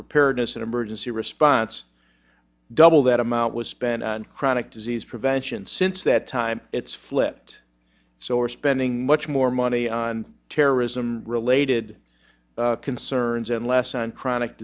preparedness and emergency response double that amount was spent on chronic disease prevention since that time it's flipped so we're spending much more money on terrorism related concerns and less on chronic